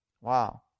wow